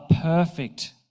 perfect